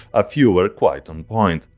a few were quite on point,